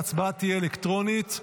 ההצבעה תהיה אלקטרונית.